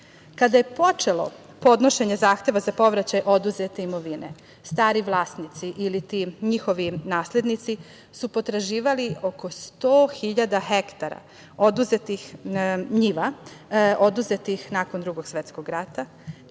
je počelo podnošenje zahteva za povraćaj oduzete imovine stari vlasnici iliti njihovi naslednici su potraživali oko 100.000 hektara oduzetih njiva, oduzetih nakon Drugog svetskog rata,